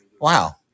Wow